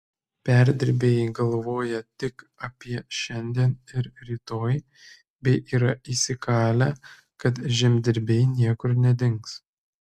perdirbėjai galvoja tik apie šiandien ir rytoj bei yra įsikalę kad žemdirbiai niekur nedings